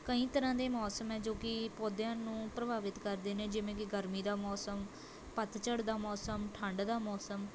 ਕਈ ਤਰ੍ਹਾਂ ਦੇ ਮੌਸਮ ਹੈ ਜੋ ਕਿ ਪੌਦਿਆਂ ਨੂੰ ਪ੍ਰਭਾਵਿਤ ਕਰਦੇ ਨੇ ਜਿਵੇਂ ਕਿ ਗਰਮੀ ਦਾ ਮੌਸਮ ਪੱਤਝੜ ਦਾ ਮੌਸਮ ਠੰਡ ਦਾ ਮੌਸਮ